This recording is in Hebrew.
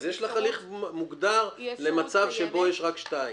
אז יש לך הליך מוגדר למצב שבו יש רק שתיים.